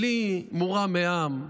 בלי "מורם מעם",